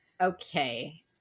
Okay